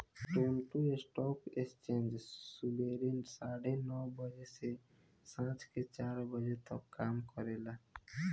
Toronto stock exchange सबेरे साढ़े नौ बजे से सांझ के चार बजे तक काम करेला